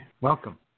welcome